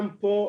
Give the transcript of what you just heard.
גם פה,